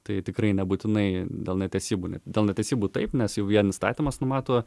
tai tikrai nebūtinai dėl netesybų dėl netesybų taip nes jau vien įstatymas numato